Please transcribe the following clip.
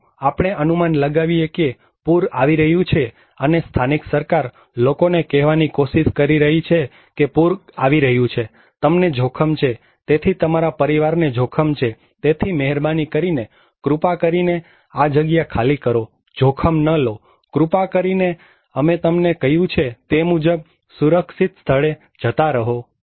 ચાલો આપણે અનુમાન લગાવીએ કે પૂર આવી રહ્યું છે અને સ્થાનિક સરકાર લોકોને કહેવાની કોશિશ કરી રહી છે કે પૂર આવી રહ્યું છે તમને જોખમ છે તેથી તમારા પરિવારને જોખમ છે તેથી મહેરબાની કરીને કૃપા કરીને આ જગ્યા ખાલી કરો જોખમ ન લો કૃપા કરીને અમે તમને કહ્યું છે તે મુજબ સુરક્ષિત સ્થળે જતા રહો